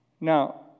Now